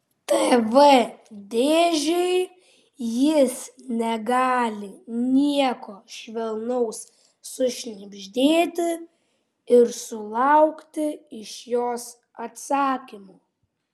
tv dėžei jis negali nieko švelnaus sušnibždėti ir sulaukti iš jos atsakymo